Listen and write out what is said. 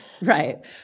Right